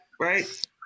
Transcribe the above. right